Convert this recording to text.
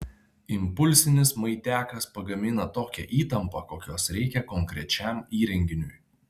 impulsinis maitiakas pagamina tokią įtampą kokios reikia konkrečiam įrenginiui